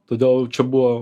todėl čia buvo